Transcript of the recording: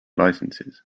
licences